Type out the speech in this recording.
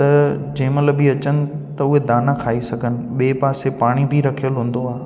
त जंहिं माल बि अचनि त उहे दाना खाई सघनि ॿिए पासे पाणी बि रखियल हूंदो आहे